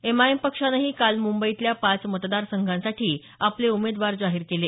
MIM पक्षानंही काल मुंबईतल्या पाच मतदासंघांसाठी आपले उमेदवार जाहीर केले